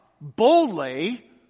boldly